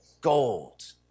Gold